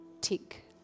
tick